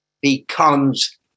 becomes